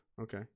Okay